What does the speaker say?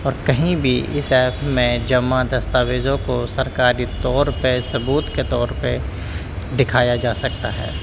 اور کہیں بھی اس ایپ میں جمع دستاویزوں کو سرکاری طور پہ ثبوت کے طور پہ دکھایا جا سکتا ہے